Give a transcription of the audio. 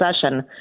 session